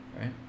right